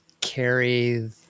carry